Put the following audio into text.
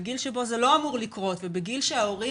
בגיל שבו זה לא אמור לקרות ובגיל שההורים